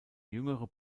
jüngere